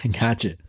Gotcha